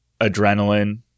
adrenaline